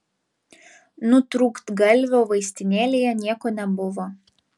nutrūktgalvio vaistinėlėje nieko nebuvo